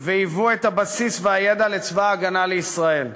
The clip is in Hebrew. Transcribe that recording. והיוו את הבסיס והידע לצבא הגנה לישראל.